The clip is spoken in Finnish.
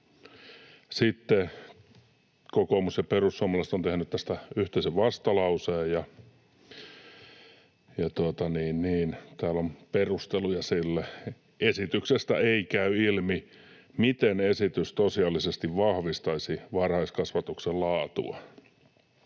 yrittäjiin. Kokoomus ja perussuomalaiset ovat tehneet tästä yhteisen vastalauseen, ja täällä on perusteluja sille: ”Esityksestä ei käy ilmi, miten esitys tosiasiallisesti vahvistaisi varhaiskasvatuksen laatua.